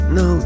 no